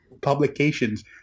publications